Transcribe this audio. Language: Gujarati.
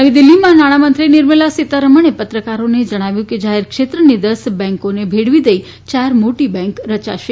નવી દિલ્હીમાં નાણામંત્રી નિર્મલા સીતારમણે પત્રકારોને જણાવ્યું કે જાહેરક્ષેત્રની દસ બેન્કોને ભેળવી દઇ ચાર મોટી બેન્ક રચાશે